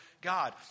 God